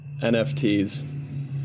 NFTs